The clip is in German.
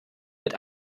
mit